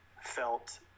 felt